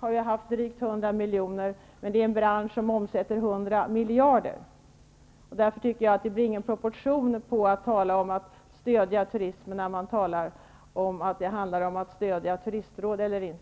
har haft en budget på drygt 100 miljoner, men detta är en bransch som omsätter 100 miljarder. Det blir därför ingen proportion i talet om att stödja turismen när det egentligen är fråga om att stödja Turistrådet eller inte.